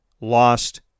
lost